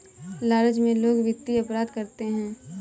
लालच में लोग वित्तीय अपराध करते हैं